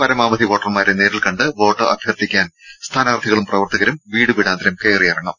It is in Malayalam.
പരമാവധി വോട്ടർമാരെ നേരിൽ കണ്ട് വോട്ട് അഭ്യർത്ഥിക്കാൻ സ്ഥാനാർത്ഥികളും പ്രവർത്തകരും വീടു വീടാന്തരം കയറിയിറങ്ങും